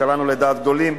וקלענו לדעת גדולים,